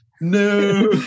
No